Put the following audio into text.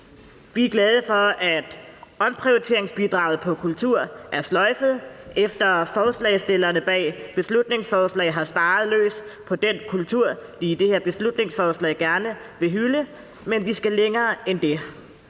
Vi er glade for, at omprioriteringsbidraget på kulturområdet er sløjfet, efter at forslagsstillerne bag beslutningsforslaget har sparet løs på den kultur, som de i det her beslutningsforslag gerne vil hylde, men vi skal længere end det.